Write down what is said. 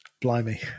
Blimey